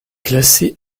classée